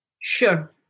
Sure